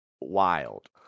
wild